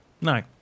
No